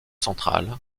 centrale